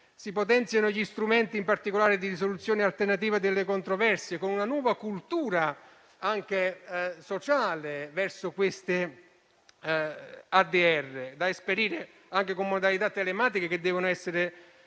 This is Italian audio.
si potenziano gli strumenti in particolare di risoluzione alternativa delle controversie con una nuova cultura anche sociale verso le ADR (*alternative dispute resolution*) da esperire anche con modalità telematiche che devono essere